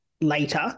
later